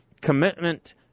commitment